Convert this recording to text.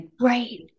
Right